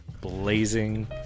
Blazing